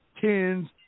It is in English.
tens